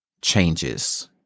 changes